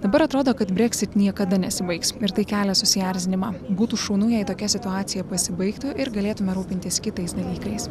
dabar atrodo kad brexit niekada nesibaigs ir tai kelia susierzinimą būtų šaunu jei tokia situacija pasibaigtų ir galėtume rūpintis kitais dalykais